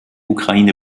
ukraine